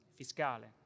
fiscale